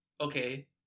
okay